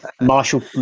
Marshall